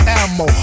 ammo